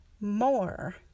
more